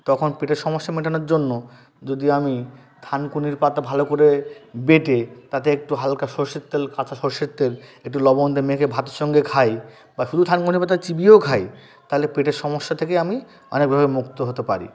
তখন পেটের সমস্যা মেটানোর জন্য যদি আমি থানকুনির পাতা ভালো করে বেটে তাতে একটু হালকা সরষের তেল কাঁচা সরষের তেল একটু লবণটা মেখে ভাতের সঙ্গে খাই বা শুধু থানকুনি পাতা চিবিয়েও খাই তাহলে পেটের সমস্যা থেকে আমি অনেকভাবে মুক্ত হতে পারি